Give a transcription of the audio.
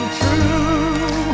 true